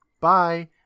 Bye